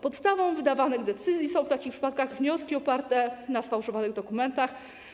Podstawą wydawanych decyzji są w takich przypadkach wnioski oparte na sfałszowanych dokumentach.